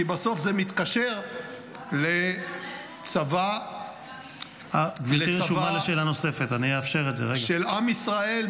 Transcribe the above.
כי בסוף זה מתקשר לצבא של עם ישראל,